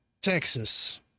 Texas